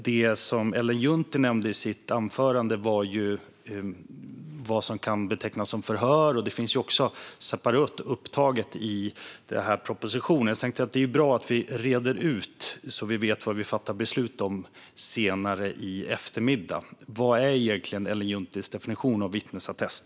Det som Ellen Juntti nämnde i sitt anförande var vad som kan betecknas som förhör. Det finns också separat upptaget i propositionen. Jag tänkte att det är bra att vi reder ut detta så att vi vet vad vi fattar beslut om senare i eftermiddag. Vad är egentligen Ellen Junttis definition av vittnesattest?